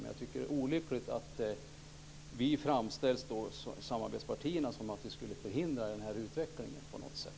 Men jag tycker att det är olyckligt att vi samarbetspartier framställs som att vi skulle förhindra den här utvecklingen på något sätt.